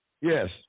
Yes